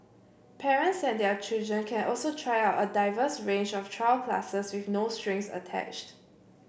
parents and their children can also try out a diverse range of trial classes with no strings attached